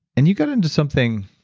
and you got into something,